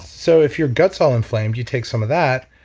so if your gut's all inflamed you take some of that,